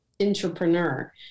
entrepreneur